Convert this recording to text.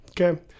Okay